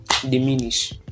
diminish